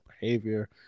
behavior